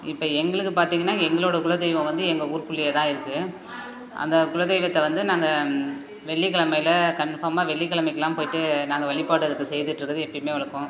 இப்போ எங்களுக்கு பார்த்திங்கன்னா எங்களோடய குலதெய்வம் வந்து எங்கள் ஊருகுள்ளயே தான் இருக்குது அந்த குலதெய்வத்தை வந்து நாங்கள் வெள்ளிக்கெழமையில கன்ஃபார்மாக வெள்ளிக்கெழமைக்கிலாம் போய்ட்டு நாங்கள் வழிப்பாடு அதுக்கு செய்துட்டு இருக்கிறது எப்போயுமே வழக்கோம்